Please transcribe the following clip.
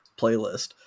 playlist